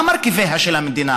מה הם מרכיביה של המדינה?